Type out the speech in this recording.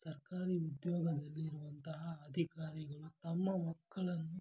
ಸರ್ಕಾರಿ ಉದ್ಯೋಗದಲ್ಲಿರುವಂತಹ ಅಧಿಕಾರಿಗಳು ತಮ್ಮ ಮಕ್ಕಳನ್ನು